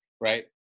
right